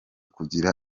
kugira